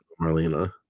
Marlena